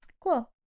Cool